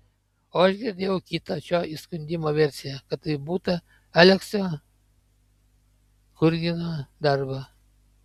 o aš girdėjau kitą šio įskundimo versiją kad tai būta aleksio churgino darbo